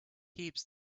heaps